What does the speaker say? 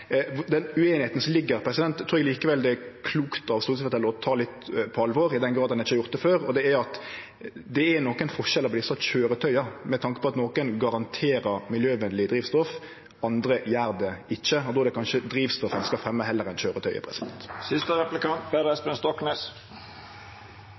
Den ueinigheita som ligg her, trur eg likevel det er klokt av oss å ta litt på alvor, i den grad ein ikkje har gjort det før, og det er at det er nokre forskjellar på desse køyretøya med tanke på at nokre garanterer miljøvenlege drivstoff, andre gjer det ikkje, og då er det kanskje drivstoff ein skal fremje heller